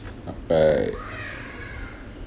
uh right